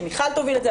שמיכל תוביל את זה,